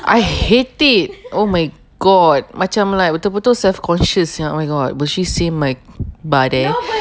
I hate it oh my god macam like betul betul self-conscious sia oh my god will she see my body